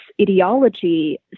ideology